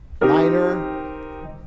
minor